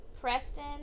Preston